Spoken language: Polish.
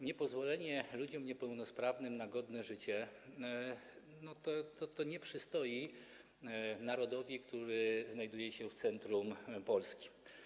Niepozwolenie ludziom niepełnosprawnym na godne życie nie przystoi narodowi, który znajduje się w centrum Polski.